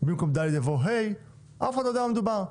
במקום ד' יבוא ה' אף אחד לא יודע במה מדובר.